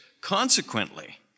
Consequently